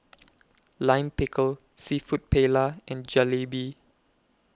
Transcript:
Lime Pickle Seafood Paella and Jalebi